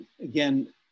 Again